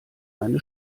eine